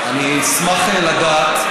אני אשמח לדעת.